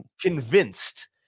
convinced